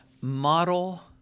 model